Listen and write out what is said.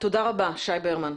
תודה רבה, שי ברמן,